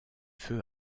feux